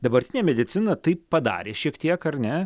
dabartinė medicina tai padarė šiek tiek ar ne